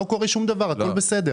כאילו לא קורה שום דבר והכול בסדר.